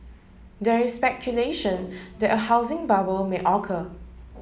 there is speculation that a housing bubble may occur